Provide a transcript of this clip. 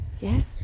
yes